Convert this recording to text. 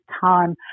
time